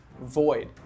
void